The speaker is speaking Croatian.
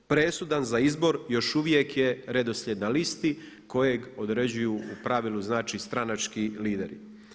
Presudan za izbor još uvijek je redoslijed na listi kojeg određuju u pravilu stranački lideri.